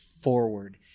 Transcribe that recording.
forward